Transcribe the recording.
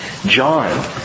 John